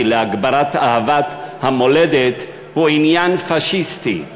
להגברת אהבת המולדת הוא עניין פאשיסטי.